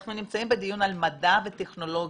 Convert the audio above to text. אנחנו נמצאים בדיון על מדע וטכנולוגיה,